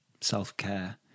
Self-care